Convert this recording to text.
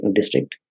district